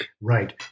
Right